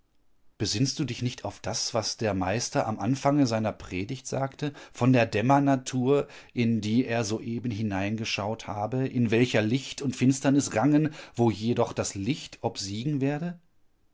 besinnst du dich nicht auf das was der meister am anfange seiner predigt sagte von der dämmernatur in die er soeben hineingeschaut habe in welcher licht und finsternis rangen wo jedoch das licht obsiegen werde